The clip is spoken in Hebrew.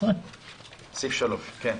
עמוד 11. סעיף 3. כן.